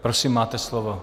Prosím, máte slovo.